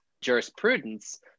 jurisprudence